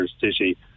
city